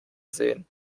sehen